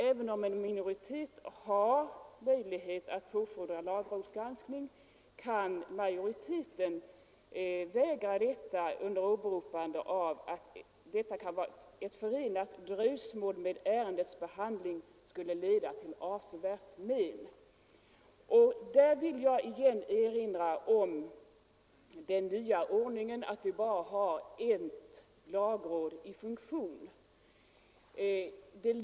Även om en minoritet har möjlighet att påfordra lagrådsgranskning, kan majoriteten vägra en sådan under åberopande av att härmed skulle vara förenat ett dröjsmål i ärendets behandling som skulle leda till avsevärt men. I detta sammanhang vill jag återigen erinra om den nya situation som föreligger i och med att endast ett lagråd är i funktion.